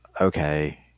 okay